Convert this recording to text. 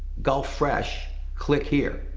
gulf fresh, click here.